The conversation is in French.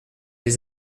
des